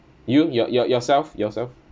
you your~ your~ yourself yourself